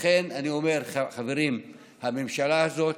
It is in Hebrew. לכן אני אומר, חברים, הממשלה הזאת,